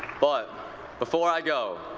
but before i go,